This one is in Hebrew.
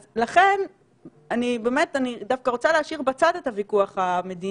אז לכן אני באמת דווקא רוצה להשאיר בצד את הוויכוח המדיני,